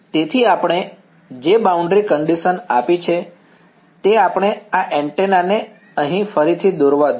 તેથી આપણે જે બાઉન્ડ્રી કંડીશન આપી છે તે આપણે આ એન્ટેના ને અહીં ફરીથી દોરવા દો